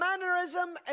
mannerism